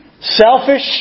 selfish